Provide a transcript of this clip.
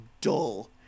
dull